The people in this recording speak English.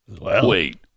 Wait